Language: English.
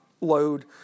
load